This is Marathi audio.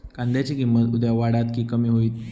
कांद्याची किंमत उद्या वाढात की कमी होईत?